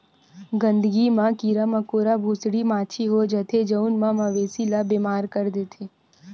गंदगी म कीरा मकोरा, भूसड़ी, माछी हो जाथे जउन ह मवेशी ल बेमार कर देथे